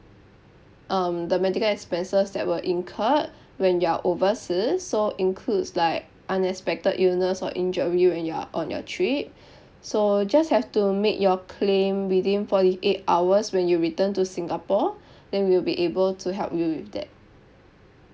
um the medical expenses that were incurred when you are overseas so includes like unexpected illness or injury when you are on your trip so just have to make your claim within forty eight hours when you return to singapore then we will be able to help you with that